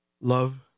love